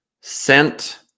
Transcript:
sent